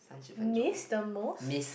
miss the most